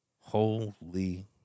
Holy